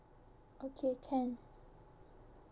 okay can